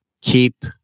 keep